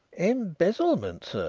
embezzlement, sir,